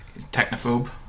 technophobe